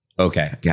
Okay